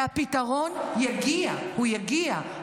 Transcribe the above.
והפתרון יגיע, הוא יגיע.